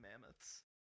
mammoths